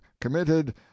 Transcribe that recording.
committed